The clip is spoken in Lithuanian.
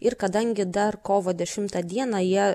ir kadangi dar kovo dešimtą dieną jie